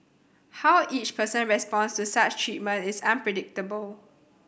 how each person responds to such treatment is unpredictable